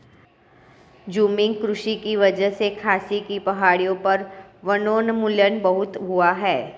झूमिंग कृषि की वजह से खासी की पहाड़ियों पर वनोन्मूलन बहुत हुआ है